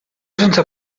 sense